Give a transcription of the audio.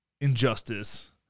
injustice